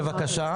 בבקשה,